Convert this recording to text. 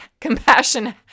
compassion